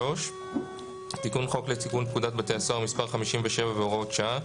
3. "תיקון חוק לתיקון פקודת בתי הסוהר (מס' 57 והוראות שעה)